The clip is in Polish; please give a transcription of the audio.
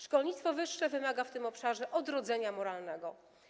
Szkolnictwo wyższe wymaga w tym obszarze odrodzenia moralnego.